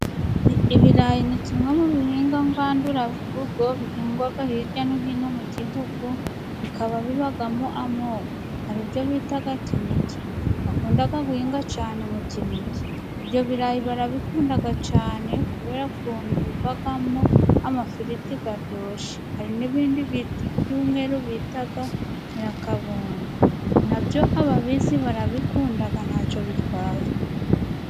Ibirayi ni kimwe mu bihingwa ngandurarugo bihingwa hirya no hino mu gihugu, bikaba bibamo amoko hari ibyo bita Kinigi bakunda guhinga cyane mu Kinigi ,ibyo birayi barabikunda cyane kubera ukuntu bivamo amafiriti aryoshye, hari n'ibindi by'umweru bita nyirakabondo nabyo ababizi barabikunda ntacyo bitwaye.